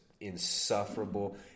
insufferable